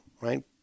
right